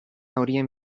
horien